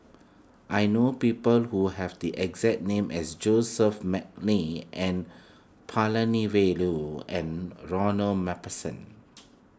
I know people who have the exact name as Joseph McNally N Palanivelu and Ronald MacPherson